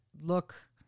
look